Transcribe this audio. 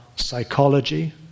psychology